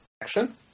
action